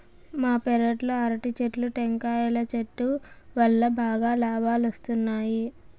మా పెరట్లో అరటి చెట్లు, టెంకాయల చెట్టు వల్లా బాగా లాబాలొస్తున్నాయి